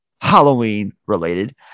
Halloween-related